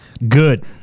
Good